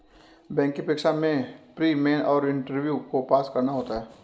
bank की परीक्षा में प्री, मेन और इंटरव्यू को पास करना होता है